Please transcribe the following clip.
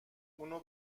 اونو